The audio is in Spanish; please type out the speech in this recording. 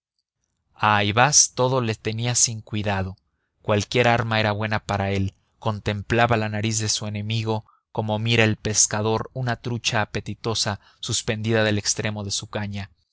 a ayvaz todo le tenía sin cuidado cualquier arma era buena para él contemplaba la nariz de su enemigo como mira el pescador una trucha apetitosa suspendida del extremo de su caña